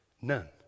None